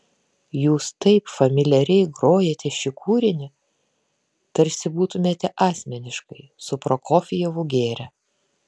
jūs taip familiariai grojate šį kūrinį tarsi būtumėte asmeniškai su prokofjevu gėrę